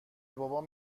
بابام